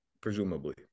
presumably